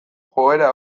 joera